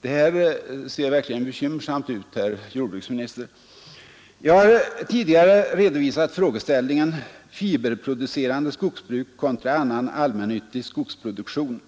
Det här ser verkligen bekymmersamt ut, herr jordbruksminister. Jag har redovisat frågeställningen fiberproducerande skogsbruk kontra annan allmännyttig skogsproduktion.